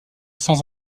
sans